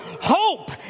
Hope